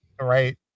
Right